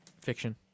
Fiction